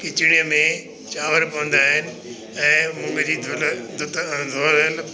खिचड़ीअ में चांवर पवंदा आहिनि ऐं मूङ जी धुल धुत ऐं धोयल